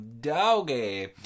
doggy